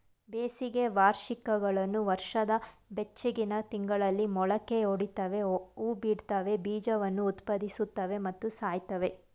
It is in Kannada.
ಬೇಸಿಗೆ ವಾರ್ಷಿಕಗಳು ವರ್ಷದ ಬೆಚ್ಚಗಿನ ತಿಂಗಳಲ್ಲಿ ಮೊಳಕೆಯೊಡಿತವೆ ಹೂಬಿಡ್ತವೆ ಬೀಜವನ್ನು ಉತ್ಪಾದಿಸುತ್ವೆ ಮತ್ತು ಸಾಯ್ತವೆ